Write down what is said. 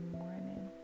morning